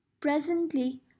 presently